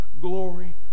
glory